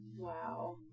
Wow